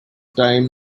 time